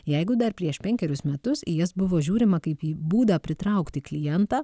jeigu dar prieš penkerius metus į jas buvo žiūrima kaip į būdą pritraukti klientą